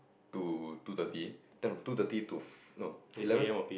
to two thirty then two thirty to f~ no eleven